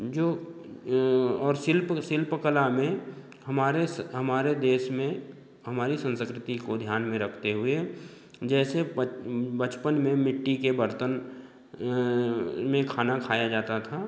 जो और शिल्प शिल्प कला में हमारे हमारे देश में हमारी संस्कृति को ध्यान में रखते हुए जैसे बचपन में मिट्टी के बर्तन में खाना खाया जाता था